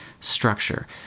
structure